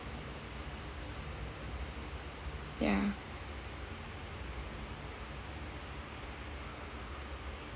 ya